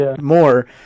more